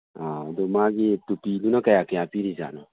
ꯑꯣ ꯑꯗꯨ ꯃꯥꯒꯤ ꯇꯨꯄꯤꯗꯨꯅ ꯀꯌꯥ ꯀꯌꯥ ꯄꯤꯔꯤ ꯖꯥꯠꯅꯣ